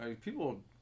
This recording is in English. people